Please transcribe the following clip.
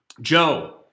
Joe